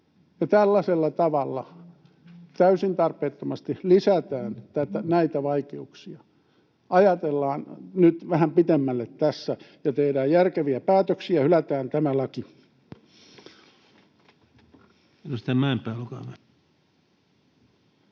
Tällaisella tavalla täysin tarpeettomasti lisätään näitä vaikeuksia. Ajatellaan nyt vähän pitemmälle tässä ja tehdään järkeviä päätöksiä: hylätään tämä laki.